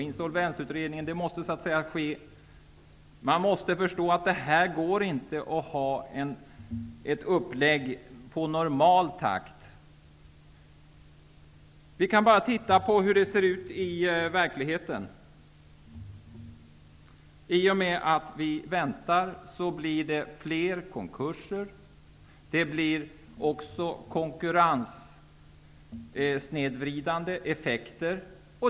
Man måste förstå att det inte går att ha ett upplägg med normal takt. Vi kan ju se hur det ser ut i verkligheten. I och med att vi väntar får vi fler konkurser och konkurrenssnedvridande effekter.